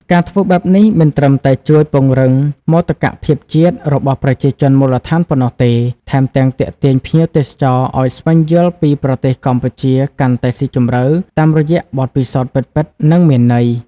ការធ្វើបែបនេះមិនត្រឹមតែជួយ ពង្រឹងមោទកភាពជាតិ របស់ប្រជាជនមូលដ្ឋានប៉ុណ្ណោះទេ ថែមទាំង ទាក់ទាញភ្ញៀវទេសចរឲ្យស្វែងយល់ពីប្រទេសកម្ពុជាកាន់តែស៊ីជម្រៅ តាមរយៈបទពិសោធន៍ពិតៗ និងមានន័យ។